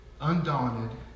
undaunted